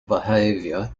behaviour